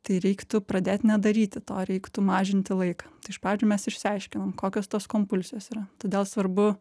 tai reiktų pradėt nedaryti to reiktų mažinti laiką iš pradžių mes išsiaiškinam kokios tos kompulsijos yra todėl svarbu